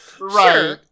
Right